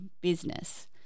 business